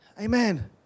Amen